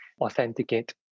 authenticate